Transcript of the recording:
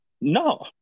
No